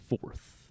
fourth